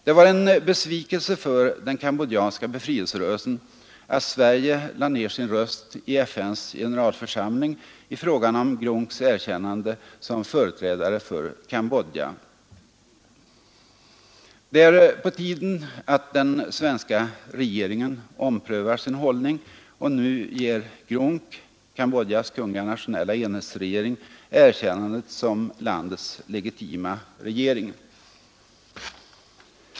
Det var en besvikelse för den kambodjanska befrielserörelsen att Sverige lade ned sin röst i FN:s generalförsamling i fråga om GRUNC:s erkännande som företrädare för Cambodja. Det är på tiden att den svenska regeringen omprövar sin hållning och nu ger GRUNC, Cambodjas kungliga nationella enhetsregering, erkännandet som landets legitima regering.